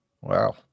Wow